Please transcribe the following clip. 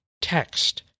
text